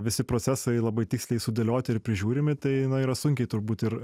visi procesai labai tiksliai sudėlioti ir prižiūrimi tai yra sunkiai turbūt ir